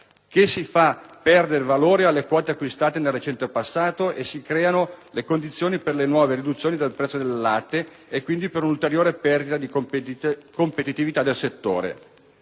che si fa perdere valore alle quote acquistate nel recente passato e si creano le condizioni per nuove riduzioni del prezzo del latte e, quindi, per un'ulteriore perdita di competitività del settore.